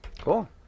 Cool